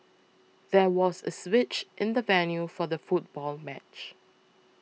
there was a switch in the venue for the football match